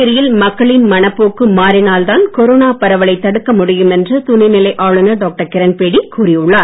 புதுச்சேரியில் மக்களின் மனப்போக்கு மாறினால்தான் கொரோனா பரவலை தடுக்க முடியும் என்று துணைநிலை ஆளுநர் டாக்டர் கிரண்பேடி கூறியுள்ளார்